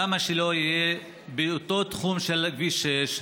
למה שזה לא יהיה באותו תחום של כביש 6?